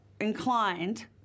inclined